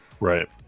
right